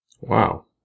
Wow